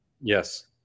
Yes